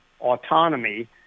autonomy